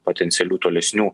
potencialių tolesnių